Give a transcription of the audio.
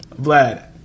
Vlad